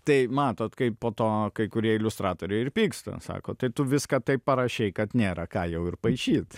tai matot kaip po to kai kurie iliustratoriai ir pyksta ant sako tai tu viską taip parašei kad nėra ką jau ir paišyt